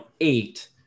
eight